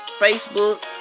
Facebook